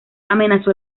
amenazó